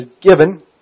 given